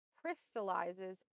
crystallizes